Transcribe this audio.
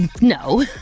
No